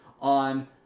on